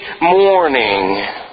morning